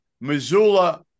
Missoula